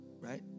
right